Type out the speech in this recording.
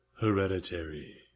hereditary